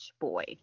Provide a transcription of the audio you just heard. boy